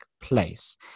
place